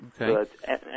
Okay